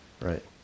right